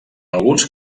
alguns